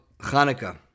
Hanukkah